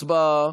הצבעה.